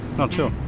not sure,